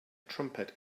trumpet